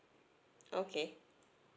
okay